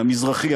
המזרחי,